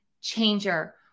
changer